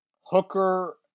Hooker